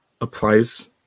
applies